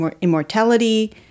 Immortality